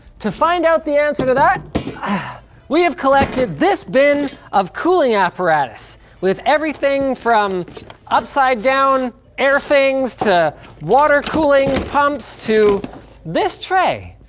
to find out the answer to that ah we have collected this bin of cooling apparatus with everything from upside-down air things to water cooling pumps to this tray,